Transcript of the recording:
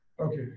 Okay